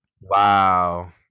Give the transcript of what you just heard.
Wow